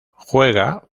juega